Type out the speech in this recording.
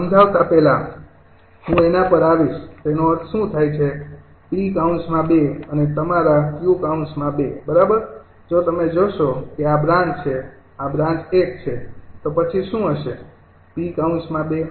આ સમજાવતા પહેલા હું એના પર આવીશ તેનો અર્થ શું થાય છે 𝑃૨ અને તમારા 𝑄૨ બરાબર જો તમે જોશો કે આ બ્રાન્ચ છે આ બ્રાન્ચ ૧ છે તો પછી શું હશે 𝑃૨